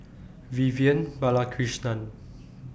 Vivian Balakrishnan